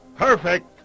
Perfect